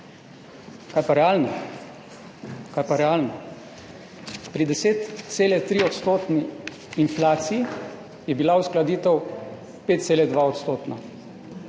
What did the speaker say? to drži, kaj pa realno? Pri 10,3-odstotni inflaciji je bila uskladitev 5,2-odstotna.